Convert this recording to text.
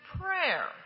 prayer